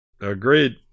Agreed